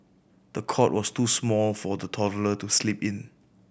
the cot was too small for the toddler to sleep in